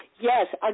Yes